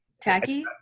tacky